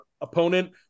opponent